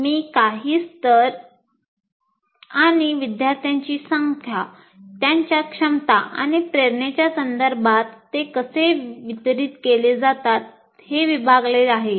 मी काही 5 स्तर आणि विद्यार्थ्यांची संख्या त्यांच्या क्षमता आणि प्रेरणेच्या संदर्भात ते कसे वितरित केले जातात हे विभागले आहे